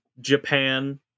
japan